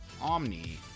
Omni